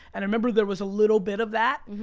and i remember there was little bit of that.